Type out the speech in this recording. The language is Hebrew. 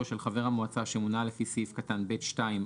(ה)על המשקיפים יחולו הוראות סעיפים 2א,